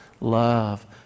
Love